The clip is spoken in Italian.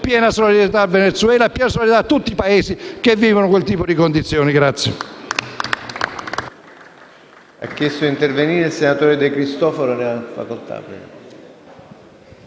Piena solidarietà al Venezuela e piena solidarietà a tutti i Paesi che vivono quel tipo di condizioni!